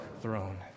throne